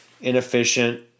inefficient